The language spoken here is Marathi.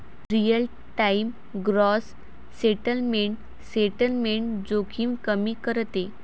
real time gross settlement settlement जोखीम कमी करते